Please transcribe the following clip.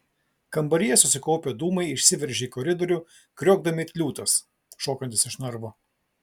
kambaryje susikaupę dūmai išsiveržė į koridorių kriokdami it liūtas šokantis iš narvo